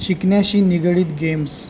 शिकण्याशी निगडीत गेम्स